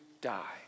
die